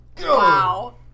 Wow